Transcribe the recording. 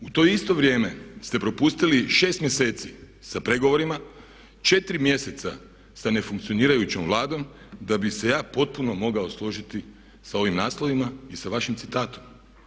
U to isto vrijeme ste propustili 6 mjeseci sa pregovorima, 4 mjeseca sa nefunkcionirajućom Vladom da bih se ja potpuno mogao složiti sa ovim naslovima i sa vašim citatom.